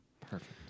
Perfect